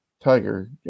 tiger